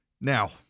Now